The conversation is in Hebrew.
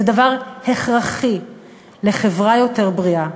זה דבר הכרחי לחברה יותר בריאה,